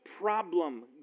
problem